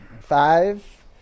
Five